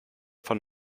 von